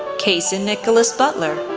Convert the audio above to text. cason nicholas butler,